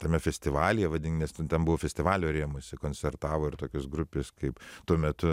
tame festivalyje vadinkim nu nes ten buvo festivalio rėmuose koncertavo ir tokios grupės kaip tuo metu